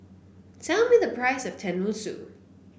tell me the price of tenmusu